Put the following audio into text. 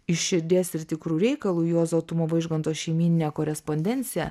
iš širdies ir tikru reikalu juozo tumo vaižganto šeimyninė korespondencija